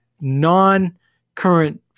non-current